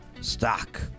stock